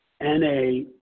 NA